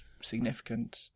significant